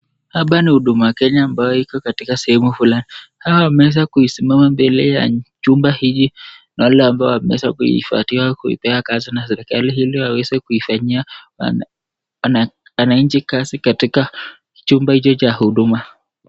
Hapa ni huduma Kenya ambayo iko katika sehemu fulani, hawa wameweza kuisimama mbele ya jumba hili ni wale ambao wameweza kupatiwa kuipea kazi na serikali ili waeze kuifanyia wananchi kazi katika chumba hicho cha huduma.